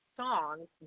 songs